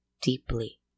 deeply